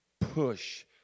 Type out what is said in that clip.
push